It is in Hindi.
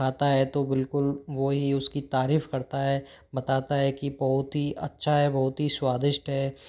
खाता है तो बिल्कुल वो ही उसकी तारीफ़ करता है बताता है कि बहुत ही अच्छा है बहुत ही स्वादिष्ट है